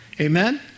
Amen